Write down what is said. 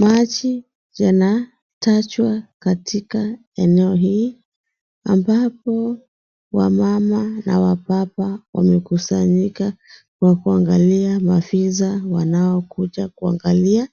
Maji yanatajwa katika eneo hili ambapo wamama na wababa wamekusanyika kwa kuangalia maafisa wanaokuja kuangalia.